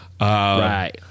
right